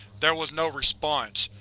there was no response.